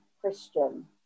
Christian